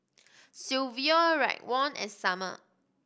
Silvio Raekwon and Summer